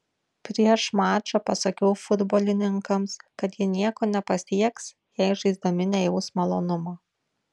prieš mačą pasakiau futbolininkams kad jie nieko nepasieks jei žaisdami nejaus malonumo